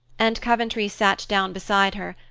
and coventry sat down beside her,